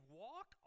walk